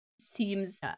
seems